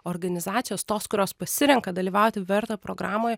organizacijos tos kurios pasirenka dalyvauti verta programoje